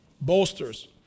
bolsters